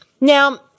Now